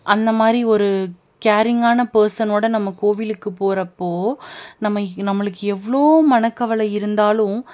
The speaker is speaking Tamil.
அந்தமாதிரி ஒரு கேரிங்கான பெர்சனோடு நம்ம கோவிலுக்கு போகிறப்போ நம்ம நம்மளுக்கு எவ்வளோ மனக்கவலை இருந்தாலும்